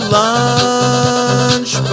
lunch